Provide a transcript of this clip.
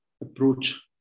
approach